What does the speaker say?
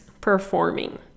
performing